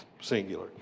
singular